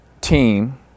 team